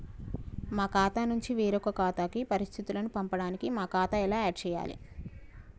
మా ఖాతా నుంచి వేరొక ఖాతాకు పరిస్థితులను పంపడానికి మా ఖాతా ఎలా ఆడ్ చేయాలి?